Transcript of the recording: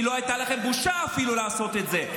כי לא הייתה לכם בושה אפילו לעשות את זה.